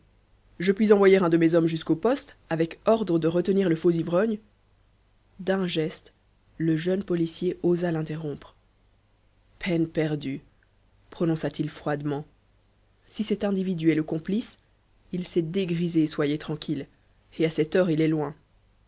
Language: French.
je puis envoyer un de mes hommes jusqu'au poste avec ordre de retenir le faux ivrogne d'un geste le jeune policier osa l'interrompre peine perdue prononça-t-il froidement si cet individu est le complice il s'est dégrisé soyez tranquille et à cette heure il est loin